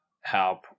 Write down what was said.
help